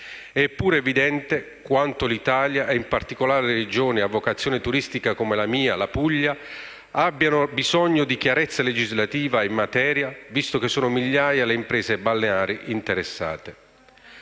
Eppure, è evidente quanto l'Italia, e in particolare le Regioni a vocazione turistica come la mia, la Puglia, abbiano bisogno di chiarezza legislativa in materia, visto che sono migliaia le imprese balneari interessate.